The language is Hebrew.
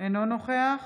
אינו נוכח